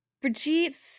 Brigitte